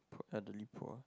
elderly poor